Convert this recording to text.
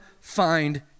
find